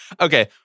Okay